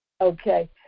Okay